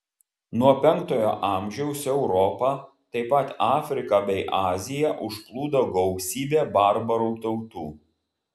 nuo penktojo amžiaus europą taip pat afriką bei aziją užplūdo gausybė barbarų tautų